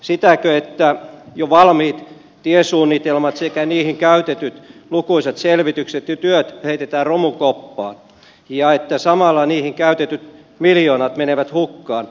sitäkö että jo valmiit tiesuunnitelmat sekä niihin käytetyt lukuisat selvitykset ja työt heitetään romukoppaan ja että samalla niihin käytetyt miljoonat menevät hukkaan